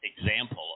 example